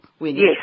Yes